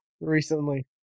recently